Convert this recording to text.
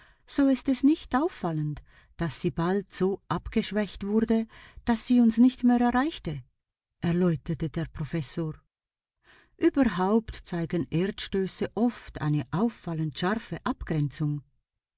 so ist es nicht auffallend daß sie bald so abgeschwächt wurde daß sie uns nicht mehr erreichte erläuterte der professor überhaupt zeigen erdstöße oft eine auffallend scharfe abgrenzung